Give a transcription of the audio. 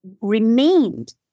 remained